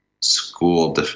school